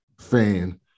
fan